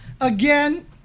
again